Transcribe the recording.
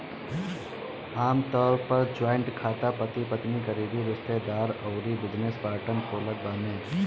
आमतौर पअ जॉइंट खाता पति पत्नी, करीबी रिश्तेदार अउरी बिजनेस पार्टनर खोलत बाने